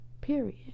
period